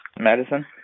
medicine